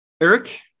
Eric